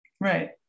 Right